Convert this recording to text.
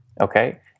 Okay